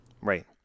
Right